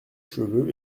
cheveux